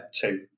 two